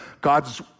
God's